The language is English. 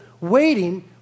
waiting